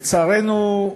לצערנו,